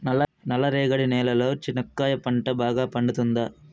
నల్ల రేగడి నేలలో చెనక్కాయ పంట బాగా పండుతుందా?